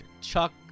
Chuck